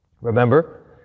Remember